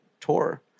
tour